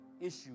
issue